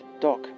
dock